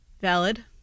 Valid